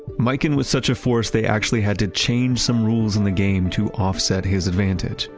mikan was such a force they actually had to change some rules in the game to offset his advantage.